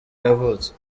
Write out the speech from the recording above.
yavutse